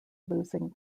losing